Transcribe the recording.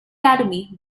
academy